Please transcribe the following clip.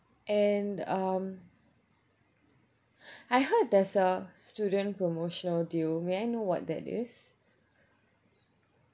and um I heard there's a student promotional deal may I know what that is